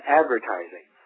advertising